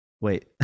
wait